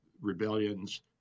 rebellions